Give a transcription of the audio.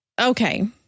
okay